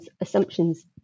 assumptions